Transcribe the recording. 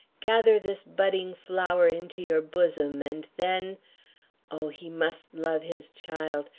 gather this budding flower into your bosom, and then oh, he must love his child!